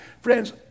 Friends